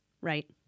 Right